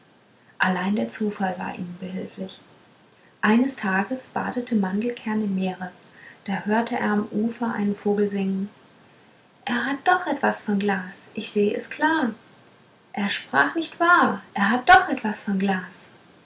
allein der zufall war ihnen behilflich eines tages badete mandelkern im meere da hörte er am ufer einen vogel singen er hat doch etwas von glas ich seh es klar er sprach nicht wahr er hat doch etwas von glas